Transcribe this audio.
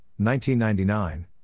1999